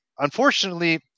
Unfortunately